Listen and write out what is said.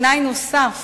תנאי נוסף